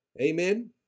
Amen